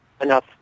enough